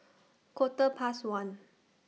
Quarter Past one